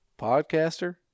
podcaster